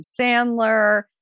Sandler